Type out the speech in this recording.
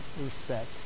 respect